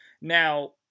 Now